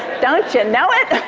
don't you know it?